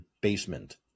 basement